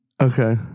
Okay